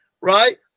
right